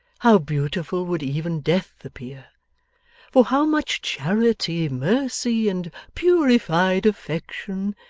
how beautiful would even death appear for how much charity, mercy, and purified affection,